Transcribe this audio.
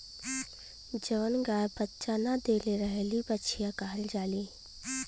जवन गाय बच्चा न देले रहेली बछिया कहल जाली